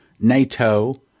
NATO